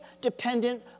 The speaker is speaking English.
dependent